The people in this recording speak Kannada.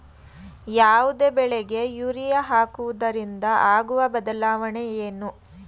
ಯಾವುದೇ ಬೆಳೆಗೆ ಯೂರಿಯಾ ಹಾಕುವುದರಿಂದ ಆಗುವ ಬದಲಾವಣೆ ಏನು?